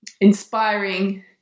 inspiring